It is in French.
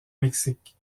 mexique